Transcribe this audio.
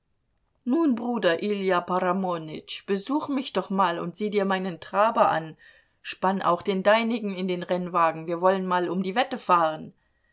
nun bruder ilja paramonytsch besuch mich doch mal und sieh dir meinen traber an spann auch den deinigen in den rennwagen wir wollen mal um die wette fahren